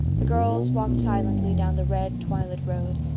the girls walked silently down the red, twilit road.